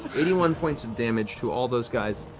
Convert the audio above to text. eighty one points of damage to all those guys.